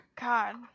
God